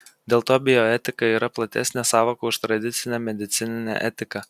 dėl to bioetika yra platesnė sąvoka už tradicinę medicininę etiką